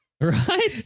Right